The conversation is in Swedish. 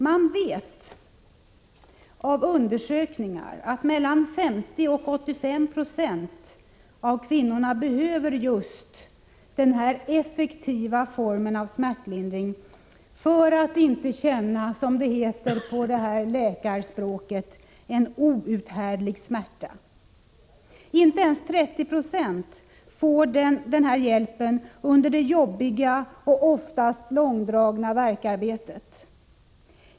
Man vet av undersökningar att mellan ;0 20 och 85 90 av kvinnorna behöver just denna effektiva smärtlindring för att inte känna, som det heter på läkarspråket, en outhärdlig smärta. Inte ens 30 90 får denna hjälp under det svåra och oftast långdragna värkarbetet.